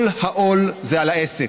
כל העול זה על העסק.